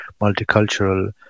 multicultural